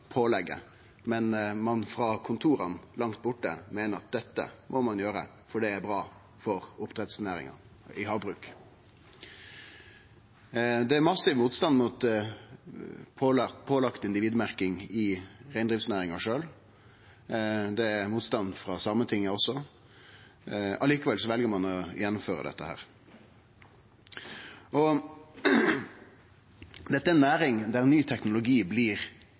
påleggje, men at ein frå kontora langt borte meiner at dette må ein gjere, for det er bra for oppdrettsnæringa og havbruket. Det er massiv motstand mot pålagd individmerking i reindriftsnæringa sjølv. Det er òg motstand frå Sametinget. Likevel vel ein å gjennomføre dette. Dette er ei næring der ny teknologi blir